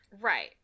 Right